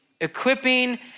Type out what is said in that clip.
equipping